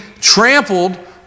trampled